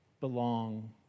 belong